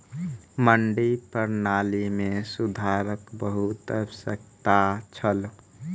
मंडी प्रणाली मे सुधारक बहुत आवश्यकता छल